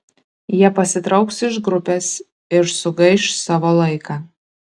jie pasitrauks iš grupės ir sugaiš savo laiką